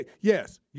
yes